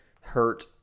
hurt